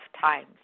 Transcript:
times